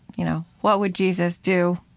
you know, what would jesus do?